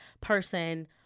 person